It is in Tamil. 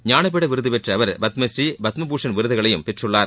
ஞானபீட விருது பெற்ற அவர் பத்மஸ்ரீ பத்ம பூஷண் விருதுகளையும் பெற்றுள்ளார்